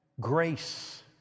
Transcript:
grace